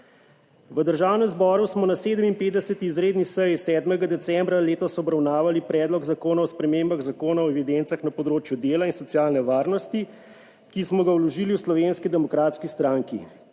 V Državnem zboru smo na 57. izredni seji 7. decembra letos obravnavali Predlog zakona o spremembah Zakona o evidencah na področju dela in socialne varnosti, ki smo ga vložili v Slovenski demokratski stranki.